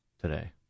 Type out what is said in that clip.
today